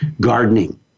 gardening